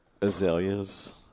azaleas